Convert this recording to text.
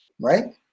right